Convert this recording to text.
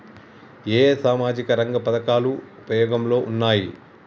ఏ ఏ సామాజిక రంగ పథకాలు ఉపయోగంలో ఉన్నాయి?